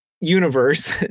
universe